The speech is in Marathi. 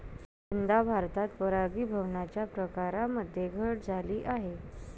यंदा भारतात परागीभवनाच्या प्रकारांमध्ये घट झाली आहे